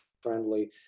friendly